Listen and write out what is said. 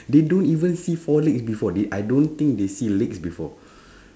they don't even see four legs before they I don't think they see legs before